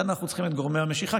כאן אנחנו צריכים את גורמי המשיכה,